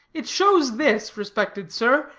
it shows this, respected sir,